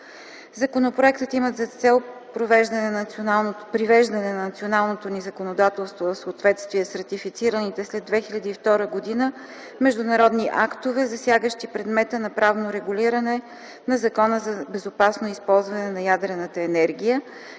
Законопроектът има за цел привеждане на националното ни законодателство в съответствие с ратифицираните след 2002 г. международни актове, засягащи предмета на правно регулиране на Закона за безопасно използване на ядрената енергия,